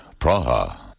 Praha